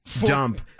Dump